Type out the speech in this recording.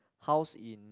house in